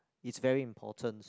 is very important